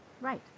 Right